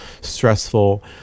stressful